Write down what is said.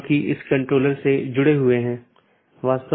इसलिए उन्हें सीधे जुड़े होने की आवश्यकता नहीं है